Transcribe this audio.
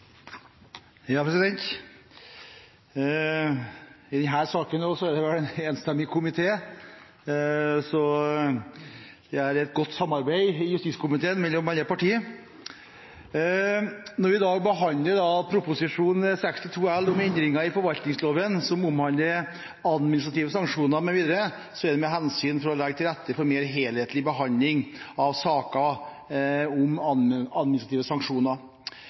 det en enstemmig komité, så det er et godt samarbeid i justiskomiteen mellom alle partiene. Når vi i dag behandler Prop. 62 L om endringer i forvaltningsloven, som omhandler administrative sanksjoner mv., er det med henblikk på å legge til rette for en mer helhetlig behandling av saker om administrative sanksjoner.